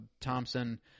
Thompson